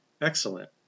excellent